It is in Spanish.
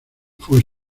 fue